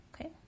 okay